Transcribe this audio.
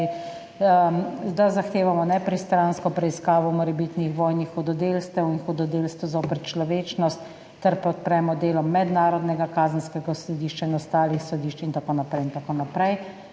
da zahtevamo nepristransko preiskavo morebitnih dvojnih hudodelstev in hudodelstev zoper človečnost ter podpremo delo Mednarodnega kazenskega sodišča in ostalih sodišč in tako naprej. Zanima me